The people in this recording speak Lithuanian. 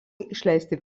išleisti